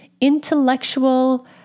intellectual